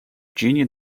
junior